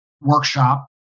workshop